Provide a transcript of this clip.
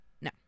No